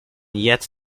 yet